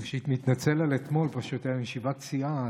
ראשית, מתנצל על אתמול, פשוט הייתה לי ישיבת סיעה.